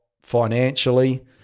financially